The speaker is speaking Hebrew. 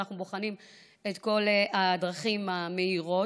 ואנחנו בוחנים את כל הדרכים המהירות,